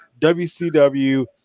WCW